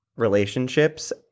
relationships